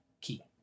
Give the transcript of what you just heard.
key